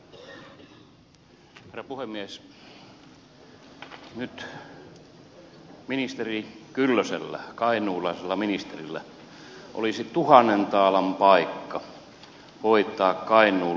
nyt ministeri kyllösellä kainuulaisella ministerillä olisi tuhannen taalan paikka hoitaa kainuun liikenneasioita kuntoon